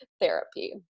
therapy